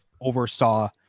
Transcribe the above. oversaw